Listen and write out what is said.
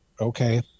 okay